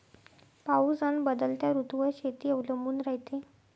पाऊस अन बदलत्या ऋतूवर शेती अवलंबून रायते